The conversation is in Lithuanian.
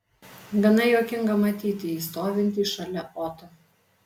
gana juokinga matyti jį stovintį šalia oto